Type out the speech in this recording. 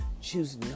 choose